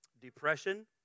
depression